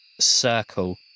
circle